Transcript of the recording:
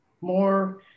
more